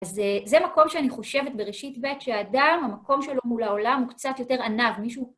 אז זה מקום שאני חושבת בראשית ב' שהאדם, המקום שלו מול העולם הוא קצת יותר עניו. מישהו...